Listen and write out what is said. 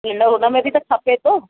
थींदो हुन में बि त खपे थो